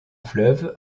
fleuve